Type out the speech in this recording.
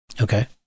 Okay